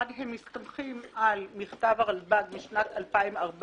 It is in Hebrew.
אחד, הם מסתמכים על מכתב הרלב"ד משנת 2014,